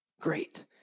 great